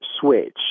switch